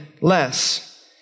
less